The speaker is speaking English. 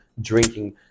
drinking